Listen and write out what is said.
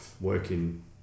working